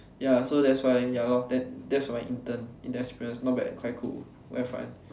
ya so that's why ya loh that's my intern experience not bad quite cool quite fun